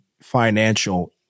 financial